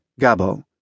Gabo